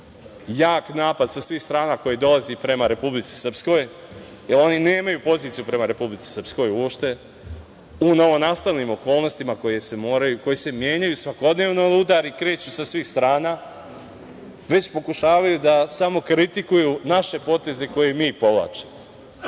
jak napad sa svih strana koji dolazi prema Republici Srpskoj, jer oni nemaju poziciju prema Republici Srpskoj uopšte, u novonastalim okolnostima koji se menjaju svakodnevno i udari kreću sa svih strana, već pokušavaju da samo kritikuju naše poteze koje mi povlačimo.S